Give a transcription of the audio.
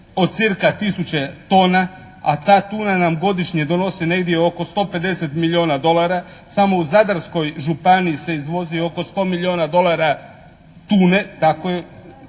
od cca. tisuće tona a ta tuna nam godišnje donosi negdje oko 150 milijuna dolara, samo u Zadarskoj županiji se izvozi oko 100 milijuna dolara tune, tako je,